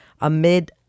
amid